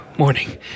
morning